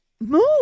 move